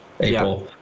April